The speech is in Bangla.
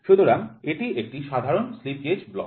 সুতরাং এটি একটি সাধারণ স্লিপ গেজ ব্লক